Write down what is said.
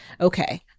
okay